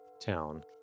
town